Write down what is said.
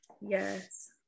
Yes